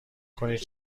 کنید